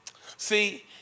See